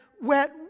wet